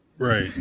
Right